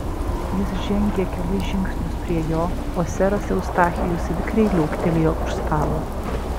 jis žengė kelis žingsnius prie jo o seras eustachijus vikriai liuoktelėjo už stalo